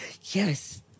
Yes